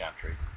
country